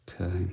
Okay